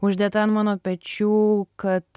uždėta ant mano pečių kad